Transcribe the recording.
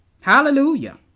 Hallelujah